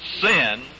Sin